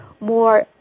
more